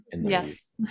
Yes